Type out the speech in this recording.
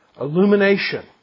illumination